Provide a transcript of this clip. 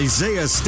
Isaiah